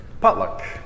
potluck